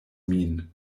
min